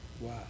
Wow